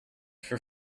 for